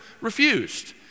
refused